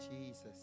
Jesus